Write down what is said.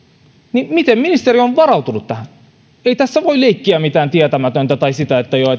niin miten ministeri on varautunut tähän ei tässä voi leikkiä mitään tietämätöntä tai sitä että joo